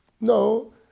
No